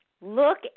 Look